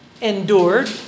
endured